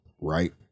right